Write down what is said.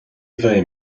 bheidh